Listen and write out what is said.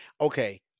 Okay